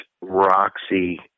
Roxy